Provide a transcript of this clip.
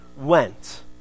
went